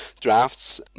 drafts